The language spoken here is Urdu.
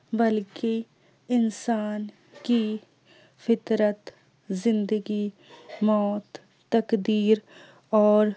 بلکہ انسان کی فطرت زندگی موت تقدیر اور